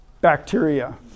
Bacteria